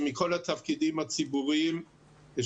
שמכל התפקידים הציבוריים שלי,